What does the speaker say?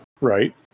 right